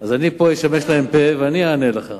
אז אני פה אשמש להם פה ואני אענה לך.